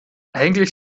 eigentlich